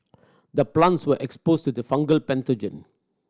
the plants were exposed to fungal pathogen